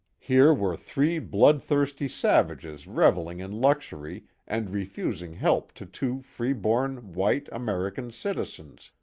here were three blood-thirsty savages revelling in luxury and refusing help to two free-born, white, american citizens,